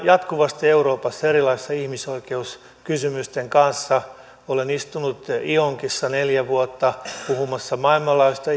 jatkuvasti euroopassa erilaisten ihmisoikeuskysymysten merkeissä olen istunut ionkissa neljä vuotta puhumassa maailmanlaajuisista